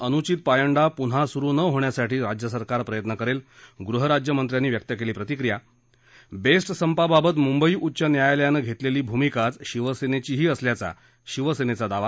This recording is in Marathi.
अनुचित पायंडा पून्हा सुरु न होण्यासाठी राज्यसरकार प्रयत्न करेल गृहराज्यमंत्र्यांनी व्यक्त केली प्रतिक्रिया बेस्ट संपाबाबत मुंबई उच्च न्यायालयानं घेतलेली भूमिकाच शिवसेनेचीही असल्याचा शिवसेनेचा दावा